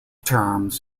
terms